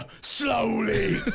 slowly